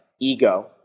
ego